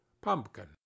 pumpkin